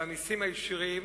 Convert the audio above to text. במסים הישירים